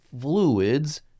fluids